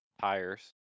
Tires